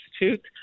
Institute